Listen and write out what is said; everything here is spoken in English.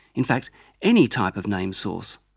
in fact any type of name source,